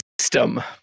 system